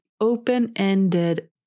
open-ended